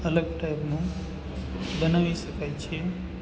અલગ ટાઈપનું બનાવી શકાય છે